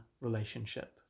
relationship